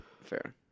fair